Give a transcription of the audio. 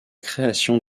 création